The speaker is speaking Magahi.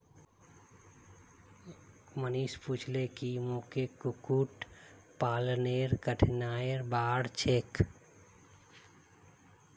मनीष पूछले की मोक कुक्कुट पालनेर कठिनाइर बार छेक